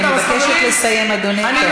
אני מבקשת לסיים, אדוני.